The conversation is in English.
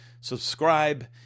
subscribe